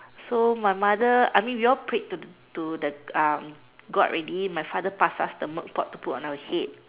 so my mother I mean we all prayed to to the um god already my father pass us the milk pot to put on our head